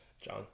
John